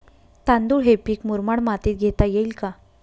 तांदूळ हे पीक मुरमाड मातीत घेता येईल का?